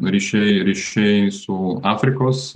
ryšiai ryšiai su afrikos